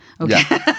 Okay